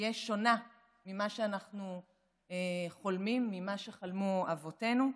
תהיה שונה ממה שאנחנו חולמים, ממה שחלמו אבותינו.